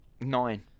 Nine